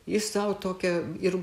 jis sau tokią ir